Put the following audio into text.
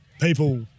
people